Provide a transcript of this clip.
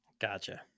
Gotcha